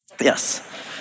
Yes